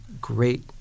great